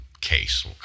case